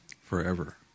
forever